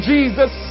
Jesus